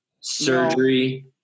surgery